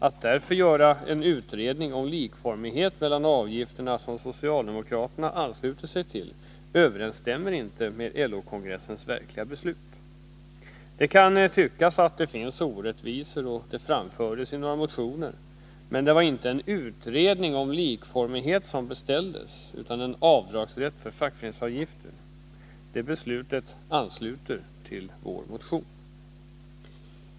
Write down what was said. Att därför göra en utredning om likformighet mellan avgifterna som socialdemokraterna anslutit sig till överensstämmer inte med LO-kongressens beslut. Det kan tyckas att det finns orättvisor, och detta framfördes i några motioner. Men det var inte en utredning om likformighet som beställdes utan en utredning om avdragsrätt för fackföreningsavgifter. Det beslutet ansluter till vår motion.